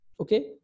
Okay